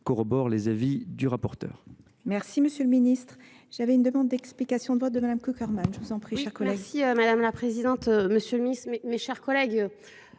corrobore les avis du rapporteur